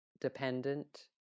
dependent